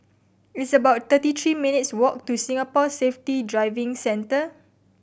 it's about thirty three minutes walk to Singapore Safety Driving Centre